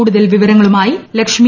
കൂടുതൽ വിവരങ്ങളുമായി ലക്ഷ്മി